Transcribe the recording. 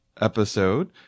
episode